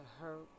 hurt